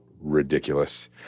ridiculous